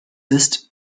ist